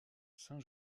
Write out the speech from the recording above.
saint